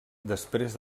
després